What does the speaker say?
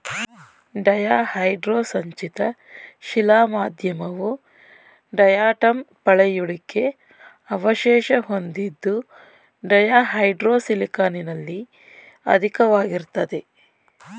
ಡಯಾಹೈಡ್ರೋ ಸಂಚಿತ ಶಿಲಾ ಮಾಧ್ಯಮವು ಡಯಾಟಂ ಪಳೆಯುಳಿಕೆ ಅವಶೇಷ ಹೊಂದಿದ್ದು ಡಯಾಹೈಡ್ರೋ ಸಿಲಿಕಾನಲ್ಲಿ ಅಧಿಕವಾಗಿರ್ತದೆ